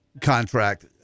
contract –